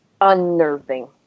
unnerving